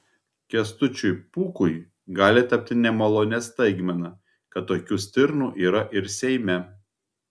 kęstučiui pūkui gali tapti nemalonia staigmena kad tokių stirnų yra ir seime